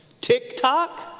TikTok